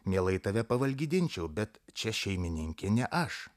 mielai tave pavalgydinčiau bet čia šeimininkė ne aš